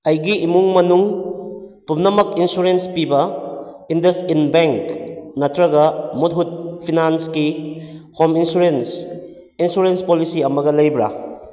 ꯑꯩꯒꯤ ꯏꯃꯨꯡ ꯃꯅꯨꯡ ꯄꯨꯝꯅꯃꯛ ꯏꯟꯁꯨꯔꯦꯟꯁ ꯄꯤꯕ ꯏꯟꯗꯁꯏꯟ ꯕꯦꯡ ꯅꯠꯇ꯭ꯔꯒ ꯃꯣꯊꯨꯠ ꯐꯤꯅꯥꯟꯁꯀꯤ ꯍꯣꯝ ꯏꯟꯁꯨꯔꯦꯟꯁ ꯏꯟꯁꯨꯔꯦꯟꯁ ꯄꯣꯂꯤꯁꯤ ꯑꯃꯒ ꯂꯩꯕ꯭ꯔꯥ